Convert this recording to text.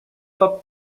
pop